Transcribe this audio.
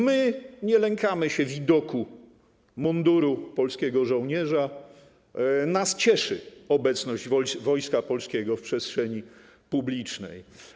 My nie lękamy się widoku munduru polskiego żołnierza, nas cieszy obecność Wojska Polskiego w przestrzeni publicznej.